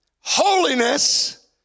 Holiness